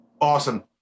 Awesome